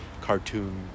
cartoon